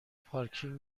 پارکینگ